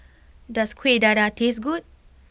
does Kuih Dadar taste good